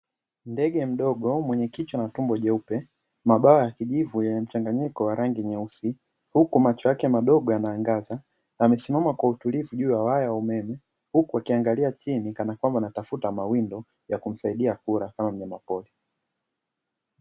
Ndege mdogo wenye kichwa na tumbo jeupe mabawa ya kijivu yenye mchanganyiko wa rangi nyeusi, huku macho yake yanaangaza. Amesimama kwa utlivu juu ya waya wa umeme huku akiangalia chini kanakwamba anatafuta mawindo ya kumsaidia kula kama mnyamapori.